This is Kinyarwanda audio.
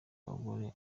bagore